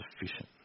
sufficient